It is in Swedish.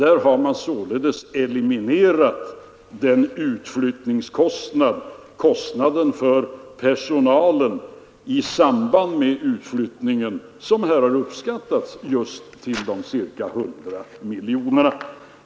Därigenom har man således eliminerat en utflyttningskostnad för personalen i samband med utlokaliseringen som har uppskattats just till ca 100 miljoner kronor.